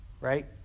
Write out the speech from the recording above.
right